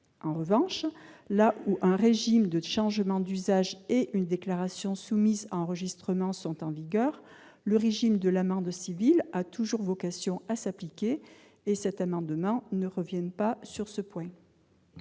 En revanche, là où un régime de changement d'usage et une déclaration soumise à enregistrement sont en vigueur, le régime de l'amende civile a toujours vocation à s'appliquer. Cet amendement ne tend pas à revenir